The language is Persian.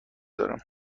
دارم